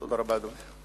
תודה רבה, אדוני.